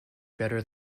better